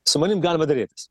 su manim galima derėtis